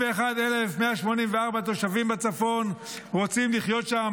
61,184 תושבים בצפון רוצים לחיות שם